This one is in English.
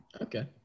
Okay